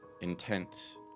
intense